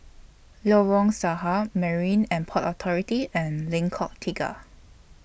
Lorong Sarhad Marine and Port Authority and Lengkok Tiga